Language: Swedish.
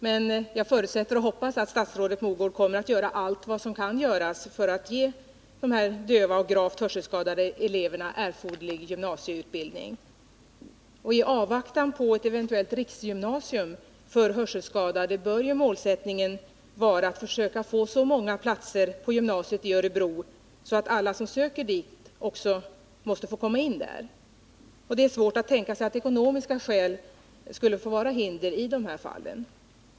Men jag förutsätter och hoppas att statsrådet Mogård kommer att göra allt som kan göras för att ge de döva och gravt hörselskadade eleverna erforderlig gymnasieutbildning. I avvaktan på ett eventuellt riksgymnasium för hörselskadade bör ju målsättningen vara att försöka få så många platser på gymnasiet i Örebro att alla som söker dit också kan komma in där. Det är svårt att tänka sig att ekonomiska skäl skulle få vara hinder i de här fallen.